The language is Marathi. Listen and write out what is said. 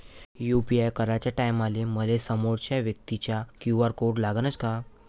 यू.पी.आय कराच्या टायमाले मले समोरच्या व्यक्तीचा क्यू.आर कोड लागनच का?